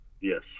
Yes